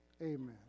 Amen